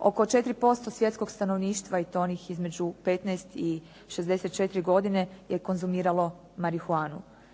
Oko 4% svjetskog stanovništva i to onih između 15 i 64 godine je konzumiralo marihuanu.